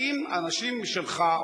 האם אנשים שלך,